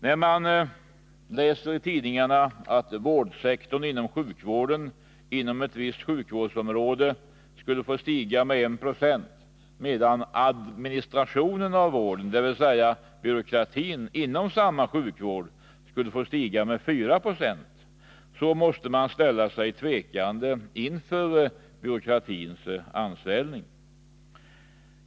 När man läser i tidningarna att vårdsektorn inom sjukvården inom ett visst sjukvårdsområde skulle få stiga med 1 26, medan administrationen av vården, dvs. byråkratin, inom samma sjukvård skulle få stiga med 4 90, så måste man ställa sig tvekande inför byråkratins ansvällning.